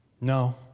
No